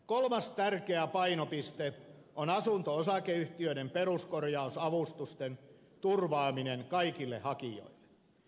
kolmas tärkeä painopiste on asunto osakeyhtiöiden peruskorjausavustusten turvaaminen kaikille hakijoille